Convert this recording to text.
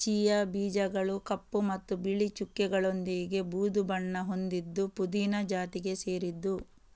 chia ಬೀಜಗಳು ಕಪ್ಪು ಮತ್ತು ಬಿಳಿ ಚುಕ್ಕೆಗಳೊಂದಿಗೆ ಬೂದು ಬಣ್ಣ ಹೊಂದಿದ್ದು ಪುದೀನ ಜಾತಿಗೆ ಸೇರಿದ್ದು